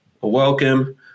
welcome